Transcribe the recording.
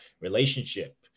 relationship